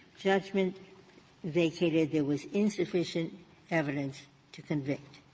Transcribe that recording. judgment vacated. there was insufficient evidence to convict.